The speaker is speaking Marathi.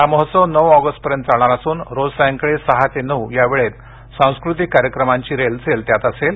हा महोत्सव नऊ ऑगस्टपर्यंत चालणार असून रोज सायंकाळी सहा ते नऊ या वेळेत सांस्कृतिक कार्यक्रमांची रेलचेल त्यात असेल